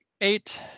eight